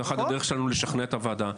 זו אחת הדרך שלנו לשכנע את הוועדה,